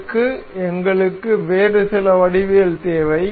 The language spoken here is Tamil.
இதற்கு எங்களுக்கு வேறு சில வடிவியல் தேவை